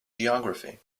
geography